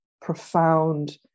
profound